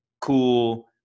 cool